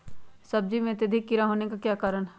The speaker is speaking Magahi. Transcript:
सब्जी में अत्यधिक कीड़ा होने का क्या कारण हैं?